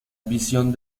visión